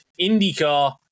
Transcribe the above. IndyCar